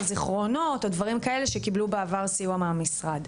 זיכרונות או דברים כאלו שקיבלו בעבר סיוע מהמשרד.